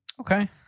Okay